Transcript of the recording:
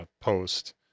post